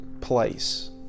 place